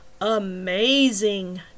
Amazing